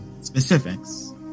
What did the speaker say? specifics